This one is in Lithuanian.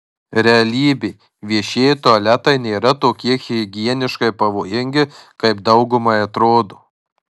realybė viešieji tualetai nėra tokie higieniškai pavojingi kaip daugumai atrodo